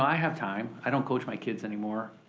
i have time. i don't coach my kids anymore.